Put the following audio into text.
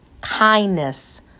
kindness